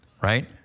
right